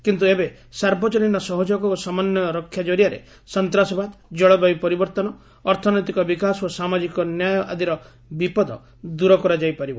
କିନ୍ତୁ ଏବେ ସାର୍ବଜନୀନ ସହଯୋଗ ଓ ସମନ୍ୱୟ ରକ୍ଷା ଜରିଆରେ ସନ୍ତାସବାଦ ଜଳବାୟୁ ପରିବର୍ଭନ ଅର୍ଥନୈତିକ ବିକାଶ ଓ ସାମାଜିକ ନ୍ୟାୟ ଆଦିର ବିପଦ ଦୂର କରାଯାଇପାରିବ